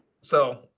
So-